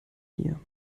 hier